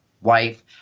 wife